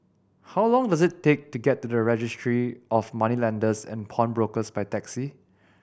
how long does it take to get to Registry of Moneylenders and Pawnbrokers by taxi